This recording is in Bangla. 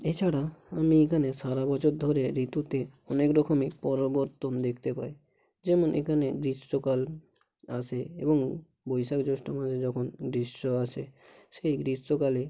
এছাড়া আমি এখানে সারা বছর ধরে ঋতুতে অনেক রকমই পরিবর্তন দেখতে পাই যেমন এখানে গ্রীষ্মকাল আসে এবং বৈশাখ জ্যৈষ্ঠ মাসে যখন গ্রীষ্ম আসে সেই গ্রীষ্মকালে